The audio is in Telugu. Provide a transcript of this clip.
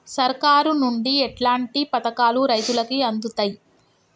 సర్కారు నుండి ఎట్లాంటి పథకాలు రైతులకి అందుతయ్?